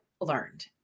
learned